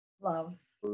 loves